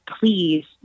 please